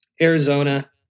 Arizona